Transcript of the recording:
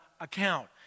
account